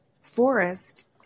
FOREST